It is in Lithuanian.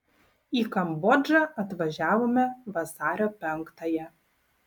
į kambodžą atvažiavome vasario penktąją